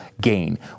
gain